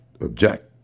object